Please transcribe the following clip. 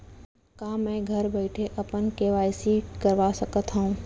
का मैं घर बइठे अपन के.वाई.सी करवा सकत हव?